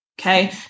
okay